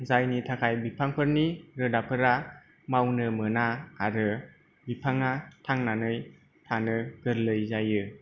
जायनि थाखाय बिफांफोरनि रोदाफोरा मावनो मोना आरो बिफांआ थांनानै थानो गोरलै जायो